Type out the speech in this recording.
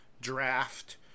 draft